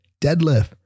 Deadlift